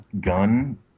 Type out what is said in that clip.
gun